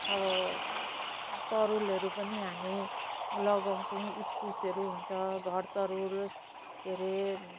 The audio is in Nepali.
अब तरुलहरू पनि हामी लगाउँछौँ इस्कुसहरू हुन्छ घर तरुल के अरे